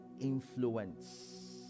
influence